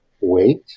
Wait